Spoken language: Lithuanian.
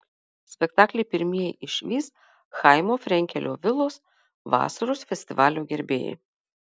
spektaklį pirmieji išvys chaimo frenkelio vilos vasaros festivalio gerbėjai